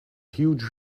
huge